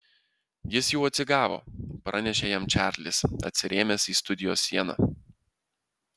jis jau atsigavo pranešė jam čarlis atsirėmęs į studijos sieną